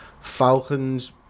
Falcons